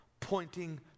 pointing